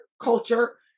culture